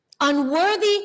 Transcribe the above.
unworthy